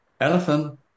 Elephant